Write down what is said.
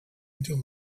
until